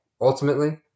ultimately